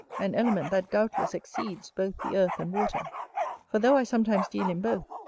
an element that doubtless exceeds both the earth and water for though i sometimes deal in both,